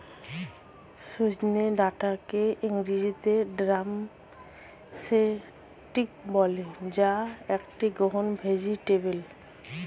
সজনে ডাটাকে ইংরেজিতে ড্রামস্টিক বলে যা একটি গ্রিন ভেজেটাবেল